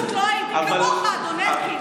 לא, אני פשוט לא הייתי כמוך, אדון אלקין.